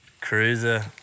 cruiser